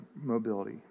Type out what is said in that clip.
mobility